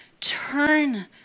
Turn